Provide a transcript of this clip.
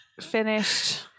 finished